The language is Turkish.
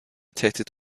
tehdit